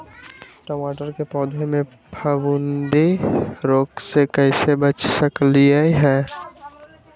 टमाटर के पौधा के फफूंदी रोग से कैसे बचा सकलियै ह?